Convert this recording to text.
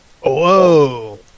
Whoa